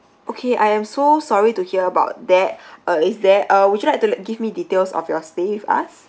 okay I am so sorry to hear about that uh is there uh would you like to give me details of your stay with us